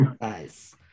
Nice